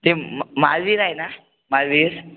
ते महावीर आहे ना महावीर